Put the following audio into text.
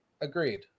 Agreed